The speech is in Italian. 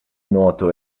nuoto